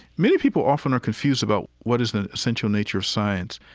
many people often are confused about what is the essential nature of science.